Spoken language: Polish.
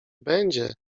będzie